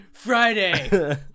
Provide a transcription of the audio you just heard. Friday